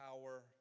power